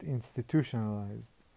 Institutionalized